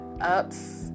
ups